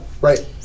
right